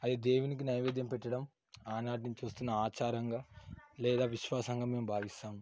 అది దేవునికి నైవేద్యం పెట్టడం ఆనాటి నుంచి వస్తున్న ఆచారంగా లేదా విశ్వాసంగా మేము భావిస్తాం